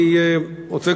אני רוצה,